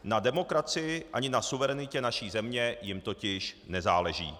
Na demokracii ani na suverenitě naší země jim totiž nezáleží.